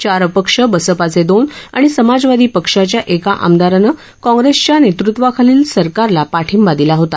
चार अपक्ष बसपाचे दोन आणि समाजवादी पक्षाच्या एका आमदारांनं काँग्रेसच्या नेतृत्वाखालील सरकारला पाठिंबा दिला होता